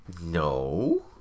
No